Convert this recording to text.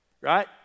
Right